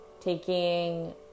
taking